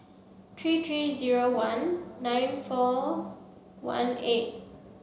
three three zero one nine four one eight